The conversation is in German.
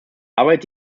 arbeit